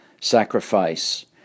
sacrifice